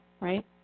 right